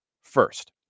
first